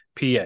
PA